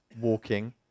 walking